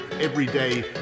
everyday